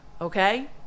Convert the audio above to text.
okay